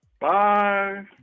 Bye